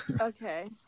Okay